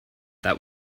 that